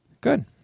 Good